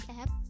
app